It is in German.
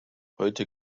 heute